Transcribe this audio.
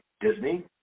Disney